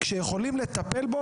כשיכולים לטפל בו,